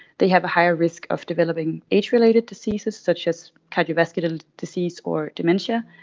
they have a higher risk of developing age-related diseases such as cardiovascular disease or dementia,